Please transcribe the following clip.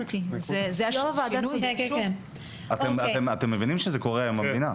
אתם מבינים שזה קורה היום במדינה.